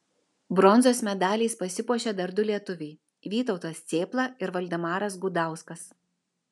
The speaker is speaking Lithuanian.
bronzos medaliais pasipuošė dar du lietuviai vytautas cėpla ir valdemaras gudauskas